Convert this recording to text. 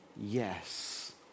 yes